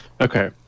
Okay